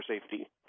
safety